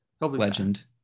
legend